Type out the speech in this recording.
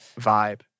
vibe